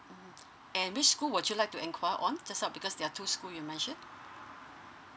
and which school would you like to inquire on just now because there are two school you mention